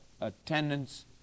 attendance